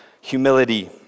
humility